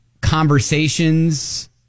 conversations